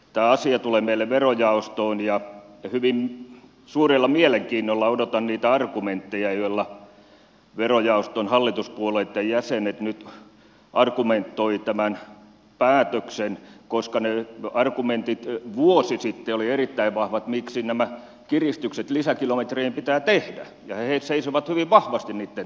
tämä asia tulee meille verojaostoon ja hyvin suurella mielenkiinnolla odotan niitä argumentteja joilla verojaoston hallituspuolueitten jäsenet nyt argumentoivat tämän päätöksen puolesta koska vuosi sitten ne argumentit miksi nämä kiristykset lisäkilometreihin pitää tehdä olivat erittäin vahvat ja he seisoivat hyvin vahvasti niitten takana